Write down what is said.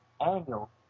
annual